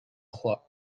crois